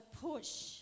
push